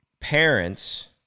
parents